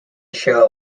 show